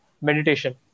meditation